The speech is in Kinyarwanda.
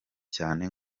cyane